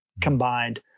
combined